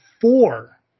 four